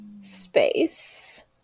space